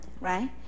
right